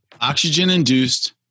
Oxygen-induced